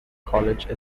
colleges